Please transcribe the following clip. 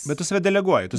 bet tu save deleguoji tu